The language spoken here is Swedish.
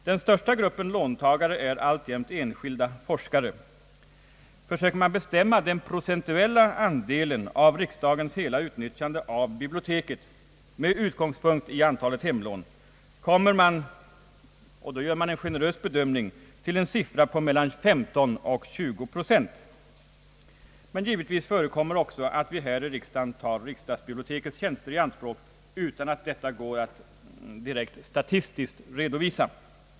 Den största gruppen låntagare är enskilda forskare, Försöker man bestämma den procentuella andelen av riksdagens hela utnyttjande av biblioteket med utgångspunkt i antalet hemlån, kommer man med en generös bedömning till en siffra på mellan 15 och 20 procent. Men givetvis förekommer också att vi här i riksdagen tar riksdagsbibliotekets tjänster i anspråk utan att detta går att statistiskt redovisa.